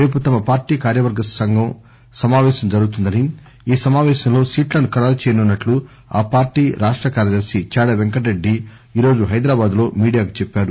రేపు తమ పార్టీ కార్యవర్గ సంఘం సమావేశం జరుగుతుందని ఈ సమావేశంలో సీట్లను ఖరారు చేయనున్నట్లు ఆ పార్టీ రాష్ట కార్యదర్శి చాడా పెంకటరెడ్డి ఈరోజు హైదరాబాద్ లో మీడియాకు చెప్పారు